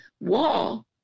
wall